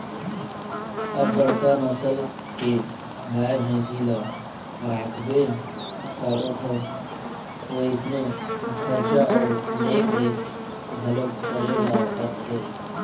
अब बड़का नसल के गाय, भइसी ल राखबे त ओखर वइसने खरचा अउ देखरेख घलोक करे ल परथे